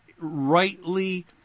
rightly